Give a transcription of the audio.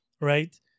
Right